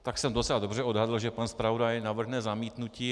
Tak jsem docela dobře odhadl, že pan zpravodaj navrhne zamítnutí.